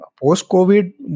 post-COVID